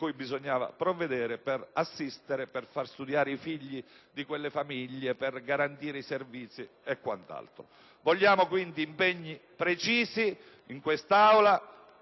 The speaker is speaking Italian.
cui bisognava provvedere per assistere, per far studiare i figli di quelle famiglie, per garantire i servizi e quant'altro. Vogliamo quindi impegni precisi in quest'Aula.